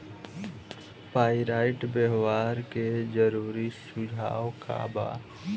Pyrite व्यवहार के जरूरी सुझाव का वा?